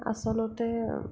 আচলতে